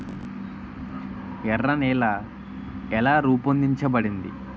ఎర్ర నేల ఎలా రూపొందించబడింది?